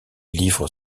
livre